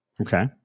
Okay